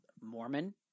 Mormon